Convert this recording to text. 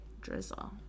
drizzle